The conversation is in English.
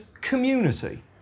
community